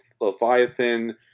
Leviathan